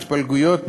התפלגויות,